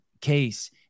case